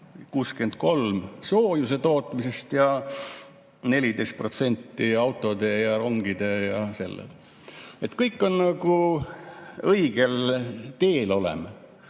63% soojuse tootmisest ja 14% autode ja rongide ja selle peale. Kõik on nagu selline, et oleme